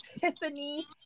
Tiffany